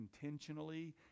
intentionally